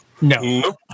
No